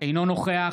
אינו נוכח